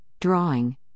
drawing